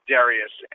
Darius